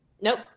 nope